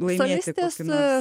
laimėti kokį nors